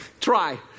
try